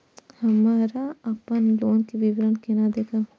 हमरा अपन लोन के विवरण केना देखब?